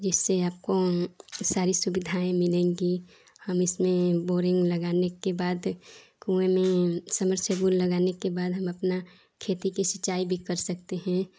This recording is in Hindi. जिससे आपको सारी सुविधाएँ मिलेंगी हम इसमें बोरिन्ग लगाने के बाद कुएँ में सबमर्सिबल लगाने के बाद हम अपनी खेती की सिँचाई भी कर सकते हैं